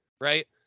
right